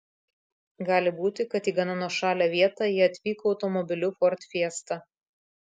gali būti kad į gana nuošalią vietą jie atvyko automobiliu ford fiesta